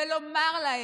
ולומר להם: